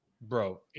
bro